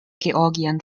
georgien